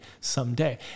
someday